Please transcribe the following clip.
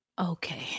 Okay